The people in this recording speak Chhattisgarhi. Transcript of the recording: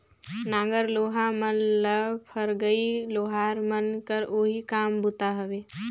नांगर लोहा मन ल फरगई लोहार मन कर ओही काम बूता हवे